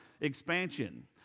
expansion